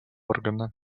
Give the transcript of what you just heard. органа